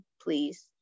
please